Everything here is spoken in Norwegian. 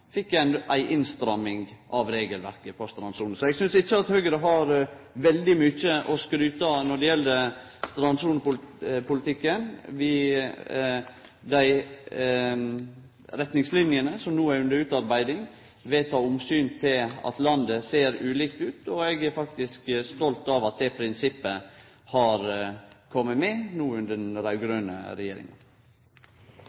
at Høgre har veldig mykje å skryte av når det gjeld strandsonepolitikken. Dei retningslinene som no er under utarbeiding, vil ta omsyn til at landet ser ulikt ut, og eg er faktisk stolt av at det prinsippet har kome med no under